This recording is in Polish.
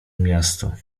miasto